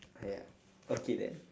!aiya! okay then